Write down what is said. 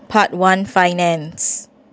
part one finance